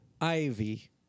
Ivy